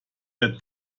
der